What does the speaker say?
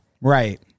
Right